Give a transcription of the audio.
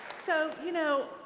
so, you know,